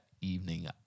evening